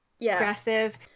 aggressive